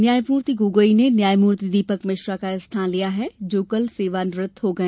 न्यायमूर्ति गोगोई ने न्यायमूर्ति दीपक मिश्रा का स्थान लिया है जो कल सेवानिवृत हो गए